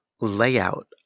layout